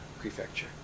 prefecture